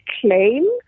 claim